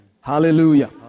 Hallelujah